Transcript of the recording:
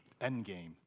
Endgame